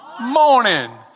morning